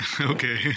Okay